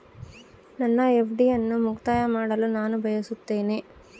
ನನ್ನ ಎಫ್.ಡಿ ಅನ್ನು ಮುಕ್ತಾಯ ಮಾಡಲು ನಾನು ಬಯಸುತ್ತೇನೆ